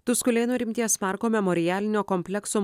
tuskulėnų rimties parko memorialinio komplekso